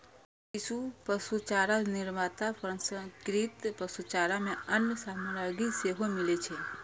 किछु पशुचारा निर्माता प्रसंस्कृत पशुचारा मे अन्य सामग्री सेहो मिलबै छै